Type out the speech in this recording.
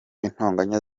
intonganya